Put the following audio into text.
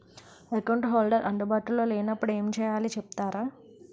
Account holder అందు బాటులో లే నప్పుడు ఎం చేయాలి చెప్తారా?